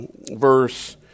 verse